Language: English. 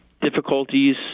difficulties